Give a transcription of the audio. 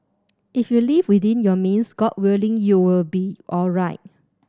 if you live within your means God willing you will be alright